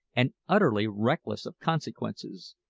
and utterly reckless of consequences,